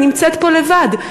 אני נמצאת פה לבד,